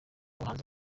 bahanzi